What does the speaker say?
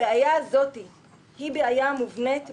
הבעיה הזאת היא בעיה מובנית בתקצוב.